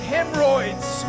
Hemorrhoids